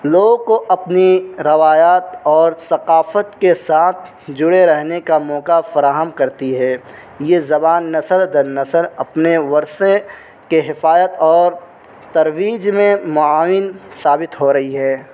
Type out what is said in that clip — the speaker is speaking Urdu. لوگ کو اپنی روایات اور ثقافت کے ساتھ جڑے رہنے کا موقع فراہم کرتی ہے یہ زبان نسل در نسل اپنے ورثے کے حفاظت اور ترویج میں معاون ثابت ہو رہی ہے